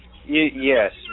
Yes